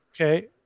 Okay